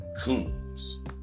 Coons